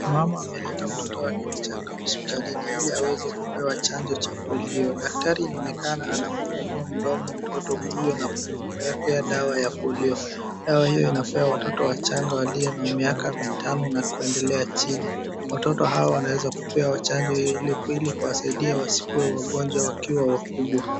Mama ameleta mtoto wake mchanga hosipitalini ili aweze kupewa chanjo cha Polio. Daktari inaonekana anamfungua mdomo mtoto huyo na kumwekea dawa ya Polio. Dawa hiyo inapewa watoto wachanga waliyo na miaka mitano na kuendelea chini. Watoto hao wanaweza kupewa chanjo ili kuwasaidia wasikuwe wagonjwa wakiwa wakubwa.